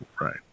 Right